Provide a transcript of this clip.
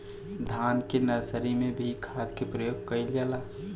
धान के नर्सरी में भी खाद के प्रयोग कइल जाला?